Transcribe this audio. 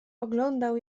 oglądał